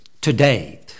today